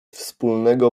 wspólnego